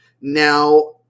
Now